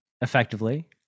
effectively